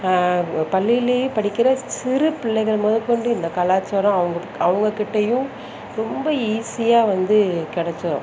பள்ளியிலேயே படிக்கிற சிறு பிள்ளைகள் முதக்கொண்டு இந்த கலாச்சாரம் அவங்க அவங்கக்கிட்டயும் ரொம்ப ஈஸியாக வந்து கிடச்சிரும்